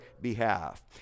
behalf